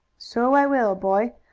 so i will, boy.